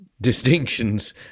distinctions